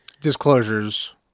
Disclosures